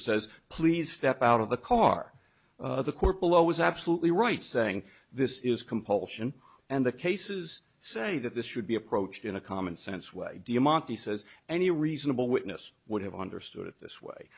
says please step out of the car the court below is absolutely right saying this is compulsion and the cases say that this should be approached in a commonsense way de'monte says any reasonable witness would have understood it this way